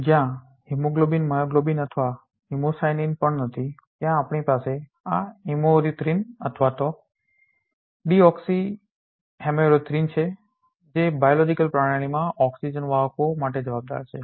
જ્યાં hemoglobin myoglobin અથવા hemocyanin પણ નથી ત્યાં આપણી પાસે આ હિમોરીથ્રિન અથવા ડિઓક્સી હેમેરીથ્રિન છે જે બાયોલોજીકલ biological જૈવિક પ્રણાલીમાં ઓક્સિજન oxygen પ્રાણવાયુ વાહકો માટે જવાબદાર છે